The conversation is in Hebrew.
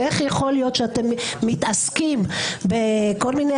איך יכול להיות שאתם מתעסקים בכל מיני